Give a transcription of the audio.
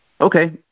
Okay